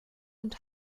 und